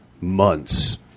months